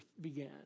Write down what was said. began